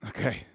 Okay